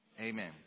Amen